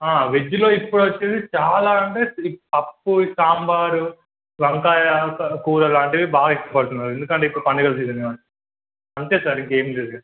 వెజ్లో ఇప్పుడొచ్చేది చాలా అంటే పప్పు సాంబారు వంకాయ కూర లాంటివి బాగా ఇష్టపడుతున్నారు ఎందుకంటే ఇప్పుడు పండగలు సీజన్ కాబట్టి అంతే సార్ ఇంకేం లేదు